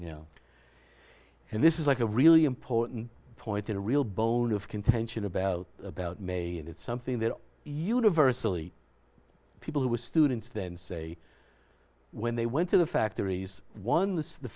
you know and this is like a really important point in a real bone of contention about about may and it's something that universally people who were students then say when they went to the factories one the